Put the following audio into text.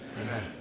Amen